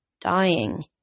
Dying